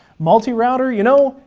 multi-router, you know,